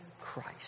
Christ